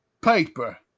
paper